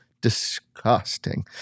Disgusting